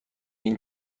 این